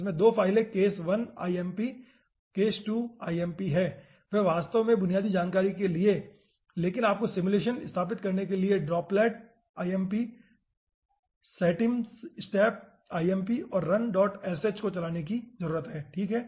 जिसमें 2 फाइलें case1 lmp और case2 lmp हैं वे वास्तव में बुनियादी जानकारी के लिए हैं लेकिन आपको सिमुलेशन स्थापित करने के लिए इस droplet lmp settimesteplmp और runsh को चलाने की जरूरत है ठीक है